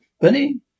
Bunny